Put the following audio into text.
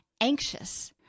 anxious